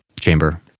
Chamber